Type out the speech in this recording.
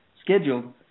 scheduled